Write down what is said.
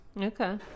Okay